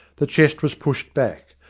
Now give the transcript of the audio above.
the chest was pushed back,